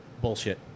Bullshit